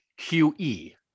QE